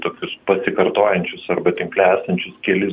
tokius pasikartojančius arba tinkle esančius kelis